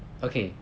okay